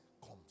comes